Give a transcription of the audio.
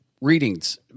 readings